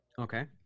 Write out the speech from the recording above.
okay